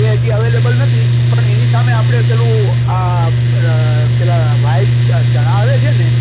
એ હજી અવેલેબલ નથી પણ એની સામે આપણે પેલું આ પેલા વ્હાઇટ ચણા આવે છે ને